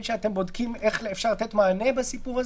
השתדלנו ככל שאפשר בשינויים הניסוחיים המתבקשים,